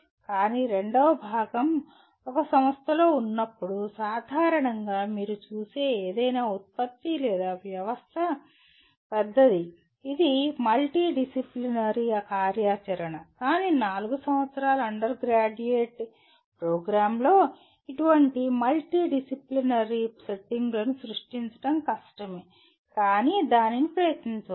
కానీ రెండవ భాగం ఒక సంస్థలో ఉన్నప్పుడు సాధారణంగా మీరు చూసే ఏదైనా ఉత్పత్తి లేదా వ్యవస్థ పెద్దది ఇది మల్టీడిసిప్లినరీ కార్యాచరణ కానీ 4 సంవత్సరాల అండర్ గ్రాడ్యుయేట్ ప్రోగ్రామ్లో ఇటువంటి మల్టీడిసిప్లినరీ సెట్టింగులను సృష్టించడం కష్టమే కానీ దానిని ప్రయత్నించవచ్చు